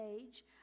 age